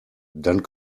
dann